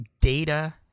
Data